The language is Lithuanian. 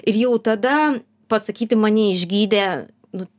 ir jau tada pasakyti mane išgydė nu